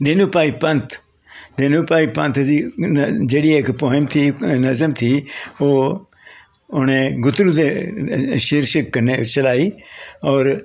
दीनू भाई पंत दीनू भाई पंत दी जेह्की इक पोएम थी नज़म थी ओह् उ'नें गूतलूं दे शीर्शक कन्नै चलाई होर